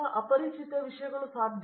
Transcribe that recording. ವಿಶ್ವನಾಥನ್ ಆದರೆ ಆ ರೀತಿಯ ವಿಷಯಗಳು ಸಾಧ್ಯ